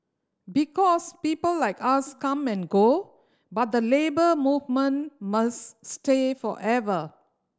because people like us come and go but the Labour Movement must stay forever